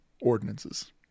ordinances